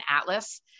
atlas